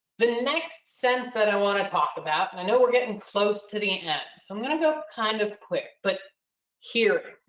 the next sense that i want to talk about, and i know we're getting close to the end so i'm going to go kind of quick, but here,